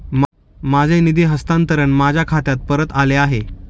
माझे निधी हस्तांतरण माझ्या खात्यात परत आले आहे